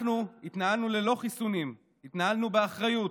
אנחנו התנהלנו ללא חיסונים, התנהלנו באחריות,